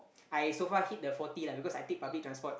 I so far hit the forty lah because I take public transport